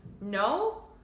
no